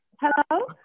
Hello